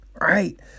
right